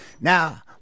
Now